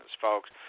folks